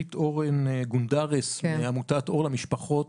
עירית אורן גונדרס מעמותת אור למשפחות.